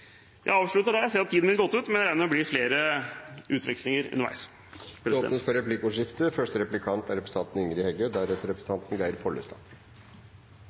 Jeg avslutter der. Jeg ser at tiden min er ute, men jeg regner med at det blir flere utvekslinger underveis. Det blir replikkordskifte.